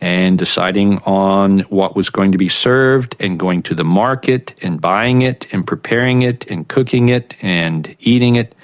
and deciding on what was going to be served and going to the market and buying it and preparing it and cooking it and eating it,